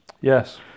Yes